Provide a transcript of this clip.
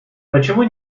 почему